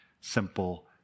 simple